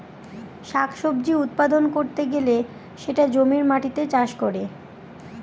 শাক সবজি উৎপাদন করতে গেলে সেটা জমির মাটিতে চাষ করে